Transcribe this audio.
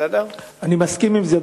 אני מסכים לזה,